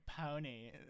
pony